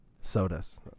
sodas